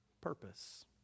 purpose